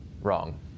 wrong